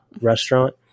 Restaurant